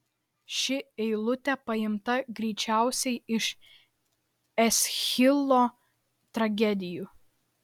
ši eilutė paimta greičiausiai iš eschilo tragedijų